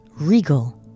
Regal